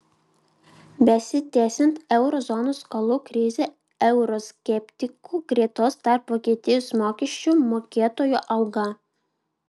besitęsiant euro zonos skolų krizei euroskeptikų gretos tarp vokietijos mokesčių mokėtojų auga